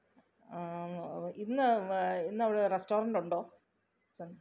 ഇന്ന് ഇന്നവിടെ റെസ്റ്റോറൻറ്റ് ഉണ്ടോ